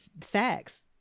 Facts